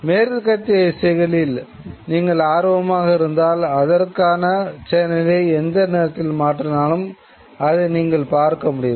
மேற்கத்திய இசைகளில் நீங்கள் ஆர்வமாக இருந்தால் அதற்கான சேனலை எந்த நேரத்தில் மாற்றினாலும் அதை நீங்கள் பார்க்க முடியும்